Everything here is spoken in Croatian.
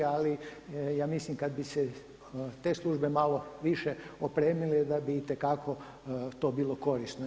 Ali ja mislim kada bi se te službe malo više opremile da bi itekako bilo korisno.